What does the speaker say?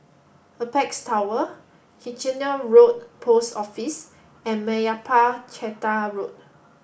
Apex Tower Kitchener Road Post Office and Meyappa Chettiar Road